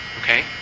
okay